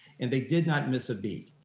and they did not miss a beat.